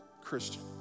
Christian